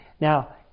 Now